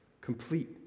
complete